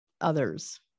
others